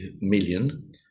million